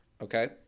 Okay